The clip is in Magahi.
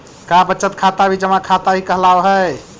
का बचत खाता भी जमा खाता ही कहलावऽ हइ?